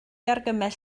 argymell